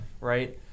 right